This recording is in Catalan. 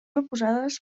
proposades